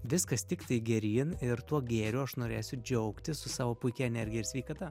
viskas tiktai geryn ir tuo gėriu aš norėsiu džiaugtis su savo puikia energija ir sveikata